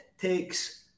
takes